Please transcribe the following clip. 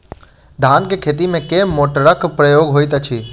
धान केँ खेती मे केँ मोटरक प्रयोग होइत अछि?